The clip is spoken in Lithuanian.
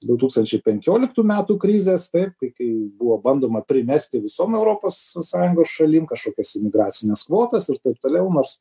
du tūkstančiai penkioliktų metų krizės taip kai kai buvo bandoma primesti visom europos sąjungos šalim kažkokias imigracines kvotas ir taip toliau nors